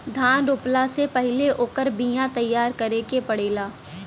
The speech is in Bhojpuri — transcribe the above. धान रोपला से पहिले ओकर बिया तैयार करे के पड़ेला